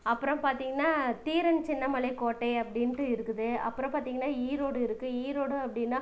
அப்புறம் பார்த்திங்கனா தீரன் சின்ன மலைக்கோட்டை அப்படின்ட்டு இருக்குது அப்புறம் பார்த்திங்கனா ஈரோடு இருக்கு ஈரோடு அப்படினா